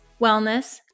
wellness